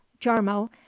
jarmo